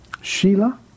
Sheila